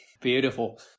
Beautiful